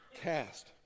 cast